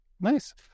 Nice